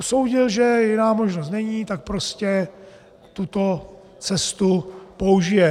Usoudil, že jiná možnost není, tak prostě tuto cestu použije.